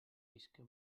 isca